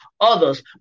others